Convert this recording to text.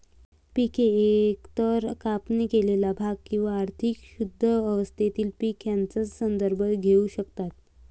पिके एकतर कापणी केलेले भाग किंवा अधिक शुद्ध अवस्थेतील पीक यांचा संदर्भ घेऊ शकतात